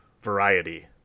variety